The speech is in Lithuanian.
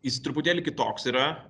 jis truputėlį kitoks yra